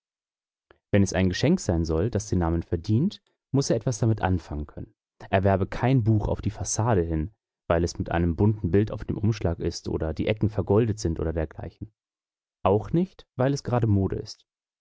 wenn es ein geschenk sein soll das den namen verdient muß er etwas damit anfangen können erwerbe kein buch auf die fassade hin weil es mit einem bunten bild auf dem umschlag ist oder die ecken vergoldet sind oder dergleichen auch nicht weil es gerade mode ist